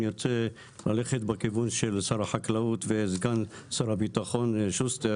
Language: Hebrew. אני רוצה ללכת בכיוון של שר החקלאות וסגן שר הביטחון שוסטר